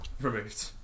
removed